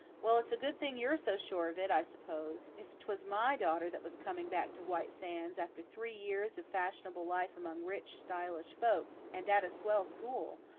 well, it's a good thing you're so sure of it, i suppose. if twas my daughter that was coming back to white sands, after three years of fashionable life among rich, stylish folks, and at a swell school,